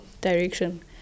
direction